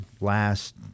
last